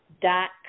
dot